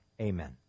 amen